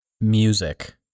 music